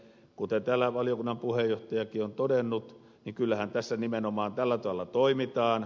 kuten täällä valiokunnan puheenjohtajakin on todennut niin kyllähän tässä nimenomaan tällä tavalla toimitaan